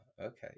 okay